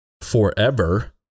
forever